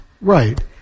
Right